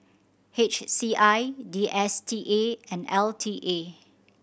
H C I D S T A and L T A